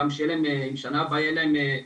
גם שאם שנה הבאה יהיה להם,